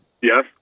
Yes